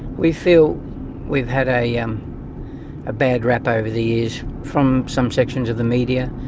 we feel we've had a um bad rap over the years from some sections of the media,